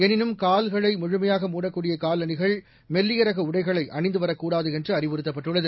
எனினும் கால்களை முழுமையாக மூடக்கூடிய காலணிகள் மெல்லிய ரக உடைகளை அணிந்து வரக்கூடாது என்று அறிவுறுத்தப்பட்டுள்ளது